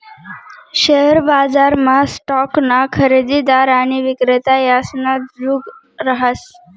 share बजारमा स्टॉकना खरेदीदार आणि विक्रेता यासना जुग रहास